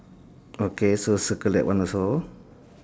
okay so circle that one also